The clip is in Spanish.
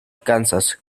kansas